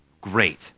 Great